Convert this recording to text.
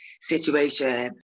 situation